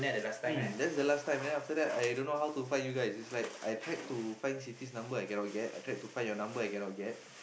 mm that's the last time then after that I dunno how to find you guys it's like I tried to find Siti's number I cannot get I tried to find your number I cannot get